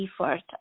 effort